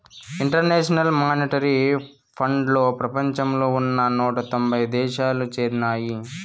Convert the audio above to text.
international monetary ఫండ్లో ప్రపంచంలో ఉన్న నూట తొంభై దేశాలు చేరినాయి